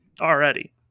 already